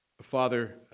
Father